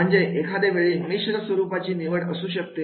म्हणजे एखाद्यावेळी मिश्र स्वरूपाचे निवड असू शकते